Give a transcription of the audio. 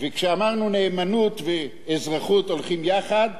וכשאמרנו נאמנות ואזרחות הולכות יחד,